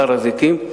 על הר-הזיתים,